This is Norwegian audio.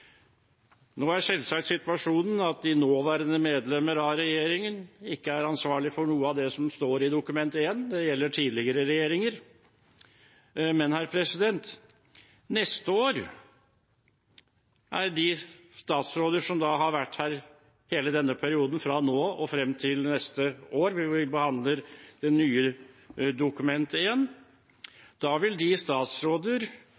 Nå er selvsagt situasjonen at de nåværende medlemmer av regjeringen ikke er ansvarlig for noe av det som står i Dokument 1. Det gjelder tidligere regjeringer. Men neste år vil de statsråder som har vært her hele denne perioden, fra nå og fram til neste år, når vi behandler det neste Dokument